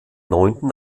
neunten